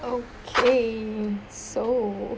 okay so